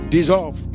Dissolve